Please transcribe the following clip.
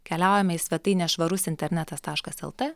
keliaujame į svetainę švarus internetas taškas lt